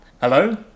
Hello